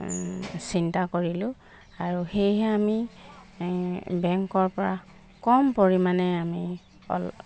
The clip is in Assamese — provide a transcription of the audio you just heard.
চিন্তা কৰিলো আৰু সেয়েহে আমি বেংকৰ পৰা কম পৰিমাণে আমি অল